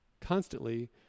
constantly